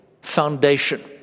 foundation